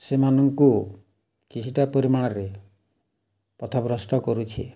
ସେମାନଙ୍କୁ କିଛିଟା ପରିମାଣରେ ପଥଭ୍ରଷ୍ଟ କରୁଛି